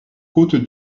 côte